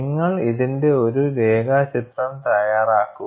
നിങ്ങൾ ഇതിന്റെ ഒരു രേഖാചിത്രം തയ്യാറാക്കുക